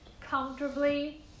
comfortably